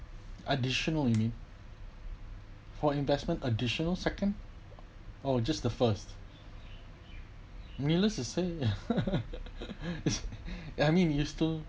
additional you mean for investment additional second or just the first needless to say I mean you still